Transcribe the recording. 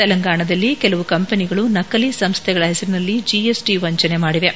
ತೆಲಂಗಾಣದಲ್ಲಿ ಕೆಲವು ಕಂಪನಿಗಳು ನಕಲಿ ಸಂಸ್ಥೆಗಳ ಹೆಸರಿನಲ್ಲಿ ಜಿಎಸ್ಟಿ ವಂಚನೆ ಮಾಡಿವೆ